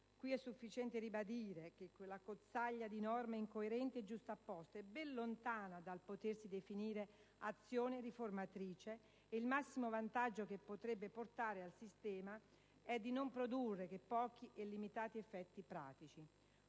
Qui è sufficiente ribadire che quell'accozzaglia di norme incoerenti e giustapposte è ben lontana dal potersi definire «azione riformatrice» e il massimo vantaggio che potrebbe portare al sistema è di non produrre che pochi e limitati effetti pratici.